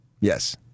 Yes